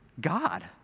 God